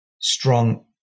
strong